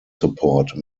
support